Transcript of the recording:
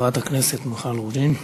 חברת הכנסת מיכל רוזין.